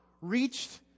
reached